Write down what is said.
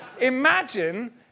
imagine